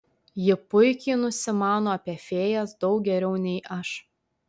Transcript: ji puikiai nusimano apie fėjas daug geriau nei aš